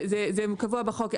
זה קבוע בחוק.